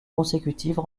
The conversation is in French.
consécutives